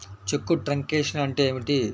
చెక్కు truncation అంటే ఏమిటి?